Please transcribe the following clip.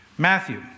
Matthew